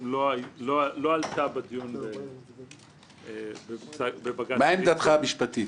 לא עלה בדיון בבג"ץ --- מה עמדתך המשפטית?